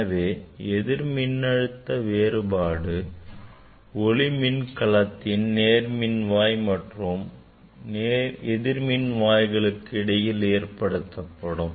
எனவே எதிர் மின்னழுத்த வேறுபாடு ஒளி மின்கலத்தின் நேர்மின்வாய் மற்றும் எதிர்மின்வாய்களுக்கு இடையில் ஏற்படுத்தப்படும்